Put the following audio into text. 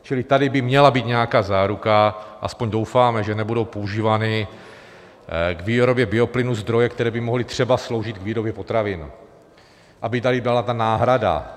Čili tady by měla být nějaká záruka, aspoň doufáme, že nebudou používány k výrobě bioplynů zdroje, které by mohly třeba sloužit k výrobě potravin, aby tady byla ta náhrada.